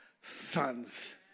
sons